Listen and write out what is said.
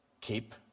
Keep